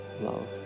love